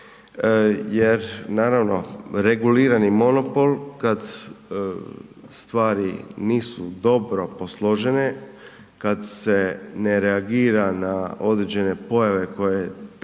jer naravno regulirani monopol kada stvari nisu dobro posložene, kad se ne reagira na određene pojave koje takvo